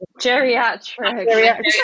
geriatric